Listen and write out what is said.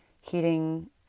heating